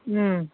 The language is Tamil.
ம்